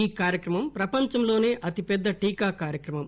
ఈ కార్యక్రమం ప్రపంచంలోనే అతి పెద్ద టీకా కార్యక్రమం